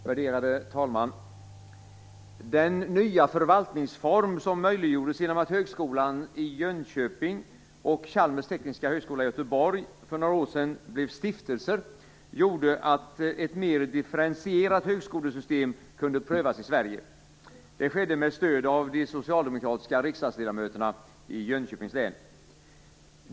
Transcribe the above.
Värderade talman! Den nya förvaltningsform som möjliggjordes genom att Högskolan i Jönköping och Chalmers tekniska högskola i Göteborg för några år sedan blev stiftelser, gjorde att ett mer differentierat högskolesystem kunde prövas i Sverige. Det skedde med stöd av de socialdemokratiska riksdagsledamöterna i Jönköpings län.